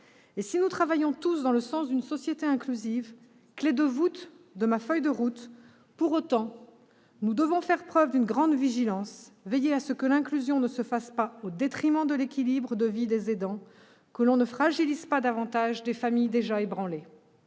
Si nous travaillons tous dans le sens de la promotion d'une société inclusive, clef de voûte de ma feuille de route, nous devons pour autant faire preuve d'une grande vigilance, veiller à ce que l'inclusion ne se fasse pas au détriment de l'équilibre de vie des aidants et à ce que l'on ne fragilise davantage des familles déjà ébranlées.